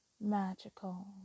magical